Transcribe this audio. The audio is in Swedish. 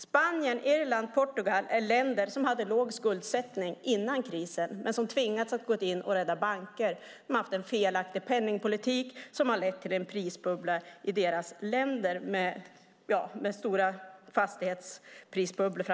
Spanien, Irland och Portugal är länder som hade låg skuldsättning före krisen men som tvingats att gå in och rädda banker. De har haft en felaktig penningpolitik som har lett till en prisbubbla i deras länder med framför allt stora fastighetsprisbubblor.